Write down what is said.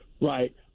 Right